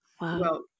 Wow